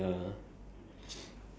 ya take photo yes